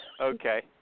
okay